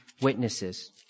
witnesses